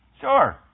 Sure